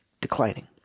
declining